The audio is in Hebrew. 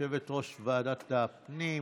יושבת-ראש ועדת ביטחון הפנים.